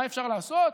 מה אפשר לעשות,